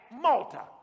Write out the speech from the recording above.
Malta